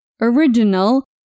original